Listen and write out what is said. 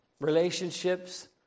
relationships